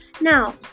now